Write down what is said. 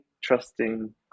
trusting